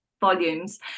volumes